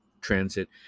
transit